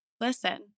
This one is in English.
Listen